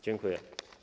Dziękuję.